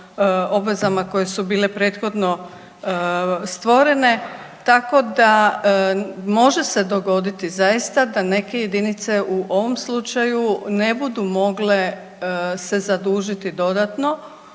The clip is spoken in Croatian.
obvezama koje su bile prethodno stvorene tako da može se dogoditi zaista da neke jedinice u ovom slučaju ne budu mogle se zadužiti dodatno,